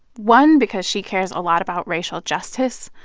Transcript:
one, because she cares a lot about racial justice,